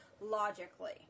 logically